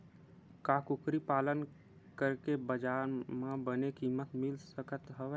का कुकरी पालन करके बजार म बने किमत मिल सकत हवय?